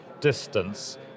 distance